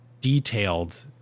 detailed